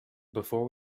before